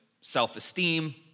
self-esteem